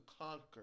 conquer